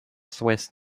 swiss